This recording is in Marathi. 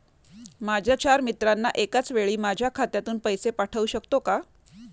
माझ्या चार मित्रांना एकाचवेळी माझ्या खात्यातून पैसे पाठवू शकतो का?